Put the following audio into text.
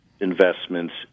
investments